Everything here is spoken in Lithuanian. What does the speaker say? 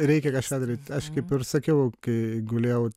reikia kažką daryt aš kaip ir sakiau kai gulėjau